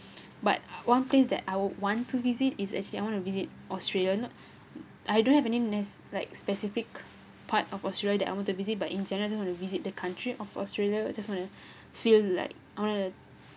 but one place that I would want to visit is actually I want to visit australia not I don't have any nes~ like specific part of australia that I want to visit but in general just want to visit the country of australia just want to feel like I want to